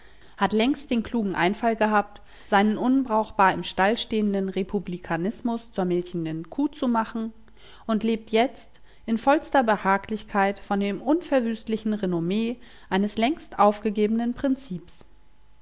hat längst den klugen einfall gehabt seinen unbrauchbar im stall stehenden republikanismus zur milchenden kuh zu machen und lebt jetzt in vollster behaglichkeit von dem unverwüstlichen renommee eines längst aufgegebenen prinzips